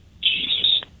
Jesus